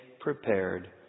prepared